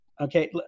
Okay